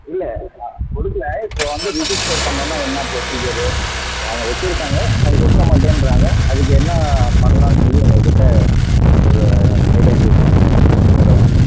இல்லை இல்லை கொடுக்கல இப்போது வந்து ரெஜிஸ்டர் பண்ணணும்னா என்ன ப்ரொசீஜரு இப்போ அவங்க வைச்சிக்கிட்டாங்க அதை கொடுக்க மாட்டேன்கிறாங்க அதுக்கு என்ன பண்ணலான்னு சொல்லி உங்கக்கிட்டே ஒரு ஐடியா கேக்கலாம் தான் சார் வேறு ஒன்றும் இல்லை